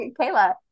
Kayla